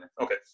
Okay